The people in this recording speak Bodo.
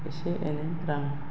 एसे एनै रां